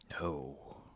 No